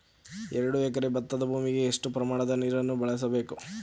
ಎರಡು ಎಕರೆ ಭತ್ತದ ಭೂಮಿಗೆ ಎಷ್ಟು ಪ್ರಮಾಣದ ನೀರನ್ನು ಬಳಸಬೇಕು?